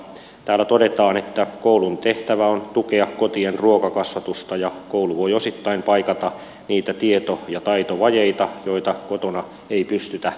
täällä todetaan että koulun tehtävä on tukea kotien ruokakasvatusta ja koulu voi osittain paikata niitä tieto ja taitovajeita joita kotona ei pystytä täyttämään